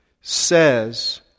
says